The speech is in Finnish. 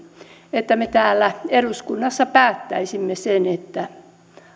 että me täällä eduskunnassa päättäisimme sen että